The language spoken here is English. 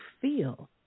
feel